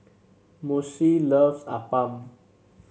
Moshe loves appam